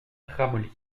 ramolli